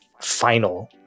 final